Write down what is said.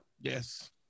yes